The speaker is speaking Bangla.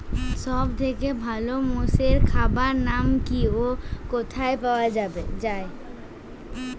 সব থেকে ভালো মোষের খাবার নাম কি ও কোথায় পাওয়া যায়?